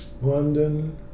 London